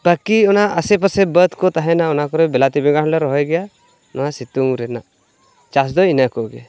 ᱵᱟᱹᱠᱤ ᱚᱱᱟ ᱟᱥᱮ ᱯᱟᱥᱮ ᱵᱟᱹᱫᱽᱠᱚ ᱛᱟᱦᱮᱱᱟ ᱚᱱᱟᱠᱚᱨᱮ ᱵᱤᱞᱟᱹᱛᱤ ᱵᱮᱸᱜᱟᱲ ᱦᱚᱸᱞᱮ ᱨᱚᱦᱚᱭ ᱜᱮᱭᱟ ᱱᱚᱣᱟ ᱥᱤᱛᱩᱝ ᱨᱮᱱᱟᱜ ᱪᱟᱥ ᱫᱚ ᱤᱱᱟᱹ ᱠᱚᱜᱮ